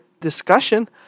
discussion